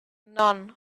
none